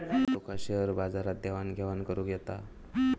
तुका share बाजारात देवाण घेवाण करुक येता?